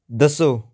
ਦੱਸੋ